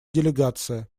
делегация